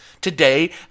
Today